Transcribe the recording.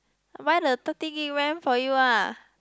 but the thirty gig ram for you ah